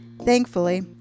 Thankfully